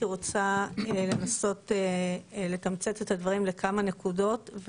רוצה לנסות לתמצת את הדברים לכמה נקודות,